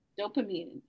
dopamine